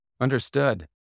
Understood